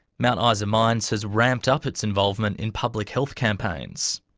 mount ah isa mines has ramped up its involvement in public health campaigns.